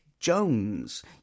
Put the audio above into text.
Jones